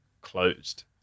closed